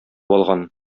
алган